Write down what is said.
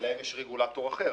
ולהם יש רגולטור אחר.